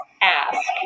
ask